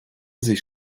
sich